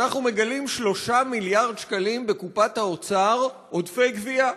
אנחנו מגלים 3 מיליארד שקלים בקופת האוצר עודפי גבייה,